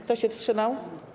Kto się wstrzymał?